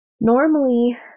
Normally